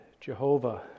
Jehovah